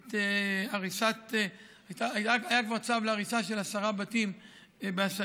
את הריסת, היה כבר צו להריסה של עשרה בתים בעשהאל.